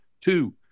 two